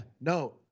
no